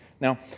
Now